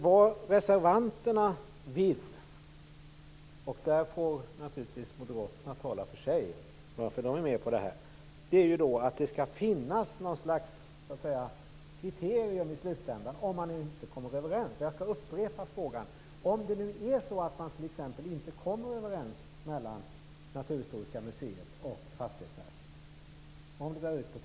Vad reservanterna vill - därvidlag får naturligtvis moderaterna, som är med på det här, tala för sig själva - är att det skall finnas något slags kriterium i slutänden, om man inte kommer överens. Jag skall upprepa min fråga. T.ex. Naturhistoriska museet och Fastighetsverket kanske inte kommer överens.